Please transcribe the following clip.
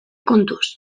kontuz